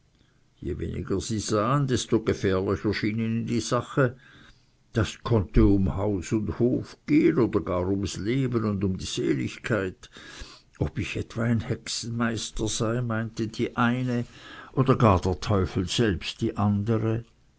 je weniger sie sahen desto gefährlicher schien ihnen die sache das konnte um haus oder hof gehen oder gar ums leben und um die seligkeit ob ich etwa ein hexenmeister sei meinte die eine oder gar der teufel selbst die andere